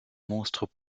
monstres